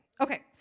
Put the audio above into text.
Okay